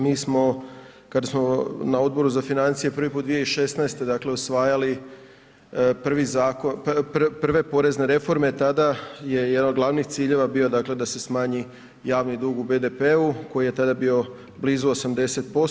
Mi smo kada smo na Odboru za financije prvi puta 2016. usvajali prve porezne reforme tada je jedan od glavnih ciljeva bio da se smanji javni dug u BDP-u koji je tada bio blizu 80%